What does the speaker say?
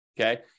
okay